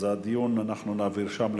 אז אנחנו נעביר את הדיון לשם,